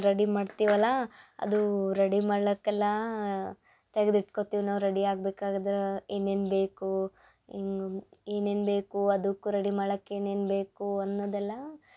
ready ಮಾಡ್ತಿವಲ್ಲಾ ಅದು ready ಮಾಡ್ಲಾಕಲ್ಲಾ ತೆಗೆದು ಇಟ್ಕೊತೀವಿ ನಾವು ರೆಡಿ ಆಗ್ಬೇಕಾಗದ್ರೆ ಏನೇನು ಬೇಕು ಇಂಗಮ್ ಏನೇನು ಬೇಕು ಅದಕ್ಕು ರೆಡಿ ಮಾಡ್ಲಾಕ ಏನೇನು ಬೇಕು ಅನ್ನದು ಎಲ್ಲಾ